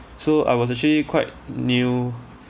so I was actually quite new